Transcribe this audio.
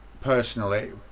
personally